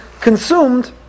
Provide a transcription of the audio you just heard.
consumed